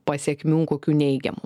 pasekmių kokių neigiamų